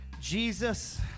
Jesus